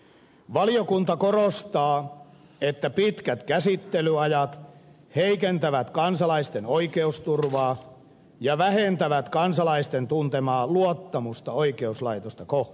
valiokunta korostaa että pitkät käsittelyajat heikentävät kansalaisten oikeusturvaa ja vähentävät kansalaisten tuntemaa luottamusta oikeuslaitosta kohtaan